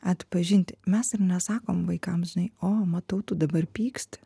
atpažinti mes ir nesakom vaikams žinai o matau tu dabar pyksti